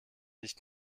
nicht